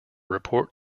report